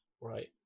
right